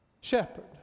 shepherd